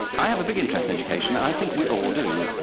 i have a big interest in education, and i think we all do.